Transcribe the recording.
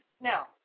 Now